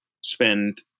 spend